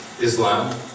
Islam